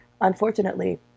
Unfortunately